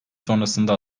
sonrasında